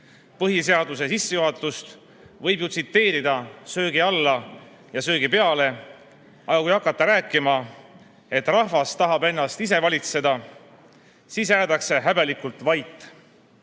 Põhiseaduse sissejuhatust võib ju tsiteerida söögi alla ja söögi peale, aga kui hakata rääkima, et rahvas tahab ennast ise valitseda, siis jäädakse häbelikult vait.